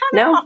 no